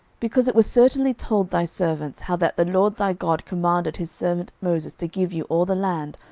because it was certainly told thy servants, how that the lord thy god commanded his servant moses to give you all the land,